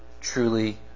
truly